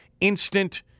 instant